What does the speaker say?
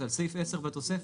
זה על סעיף 10 בתוספת.